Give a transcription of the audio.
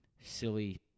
silly